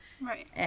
right